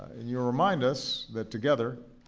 and you remind us that, together,